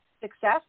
success